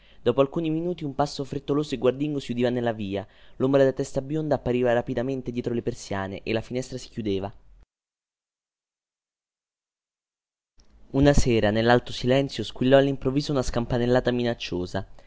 dopo alcuni minuti un passo frettoloso e guardingo si udiva nella via lombra della testa bionda appariva rapidamente dietro le persiane e la finestra si chiudeva una sera nellalto silenzio squillò allimprovviso una scampanellata minacciosa